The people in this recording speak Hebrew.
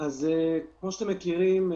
כמו שאתם מכירים,